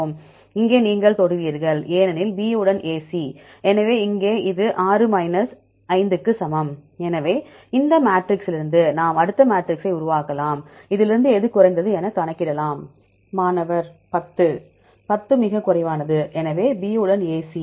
இங்கே நீங்கள் தொடுவீர்கள் ஏனெனில் B உடன் AC எனவே இங்கே இது 6 மைனஸ் 5 க்கு சமம் எனவே இந்த மேட்ரிக்ஸ்லிருந்து நாம் அடுத்த மேட்ரிக்ஸ்சை உருவாக்கலாம் இதிலிருந்து எது குறைந்தது என்று கணக்கிடலாம் மாணவர் 10 பத்து மிகக் குறைவானது எனவே B உடன் AC